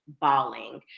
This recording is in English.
bawling